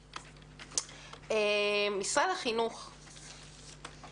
משרד החינוך, בבקשה.